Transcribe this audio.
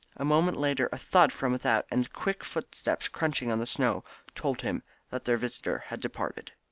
a moment later a thud from without, and the quick footsteps crunching on the snow told him that their visitor had departed.